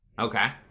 okay